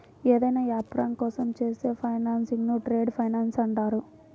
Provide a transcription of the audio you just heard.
ఏదైనా యాపారం కోసం చేసే ఫైనాన్సింగ్ను ట్రేడ్ ఫైనాన్స్ అంటారు